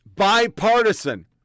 Bipartisan